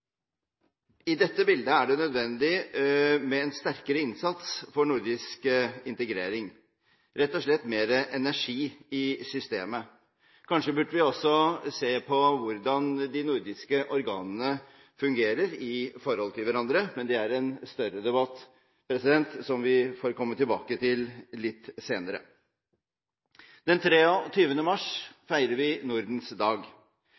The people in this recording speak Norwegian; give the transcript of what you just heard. I dette bildet er det nødvendig med en sterkere innsats for nordisk integrering, rett og slett mer energi i systemet. Kanskje burde vi også se på hvordan de nordiske organene fungerer i forhold til hverandre, men det er en større debatt som vi får komme tilbake til litt senere. Den 23. mars feirer vi Nordens dag.